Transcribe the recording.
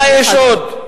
מה יש עוד?